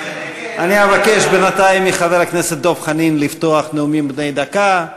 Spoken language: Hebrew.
אני אבקש בינתיים מחבר הכנסת דב חנין לפתוח את הנאומים בני דקה.